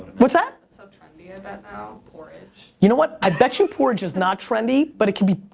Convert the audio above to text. what's that? that's so trendy i bet now, porridge. you know what? i bet you porridge is not trendy, but it could be,